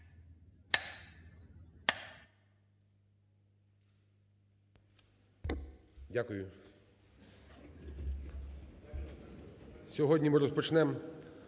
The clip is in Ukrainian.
Дякую.